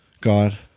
God